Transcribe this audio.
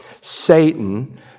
Satan